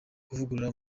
kuvugurura